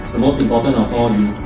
the most important of all,